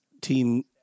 team –